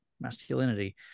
masculinity